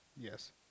Yes